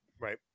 right